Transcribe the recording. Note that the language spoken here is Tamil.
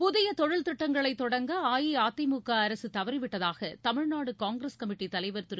புதிய தொழில் திட்டங்களை தொடங்க அஇஅதிமுக அரசு தவறிவிட்டதாக தமிழ்நாடு காங்கிரஸ் கமிட்டி தலைவர் திரு